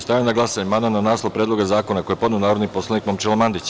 Stavljam na glasanje amandman na naslov Predloga zakona koji je podneo narodni poslanik Momčilo Mandić.